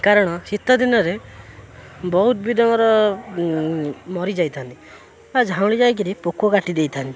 କାରଣ ଶୀତ ଦିନରେ ବହୁତ ବିଦଙ୍କର ମରିଯାଇଥାନ୍ତି ବା ଝାଉଁଳି ଯାଇକିରି ପୋକ କାଟି ଦେଇଥାନ୍ତି